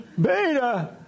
Beta